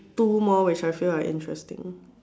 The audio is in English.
two more which I feel are interesting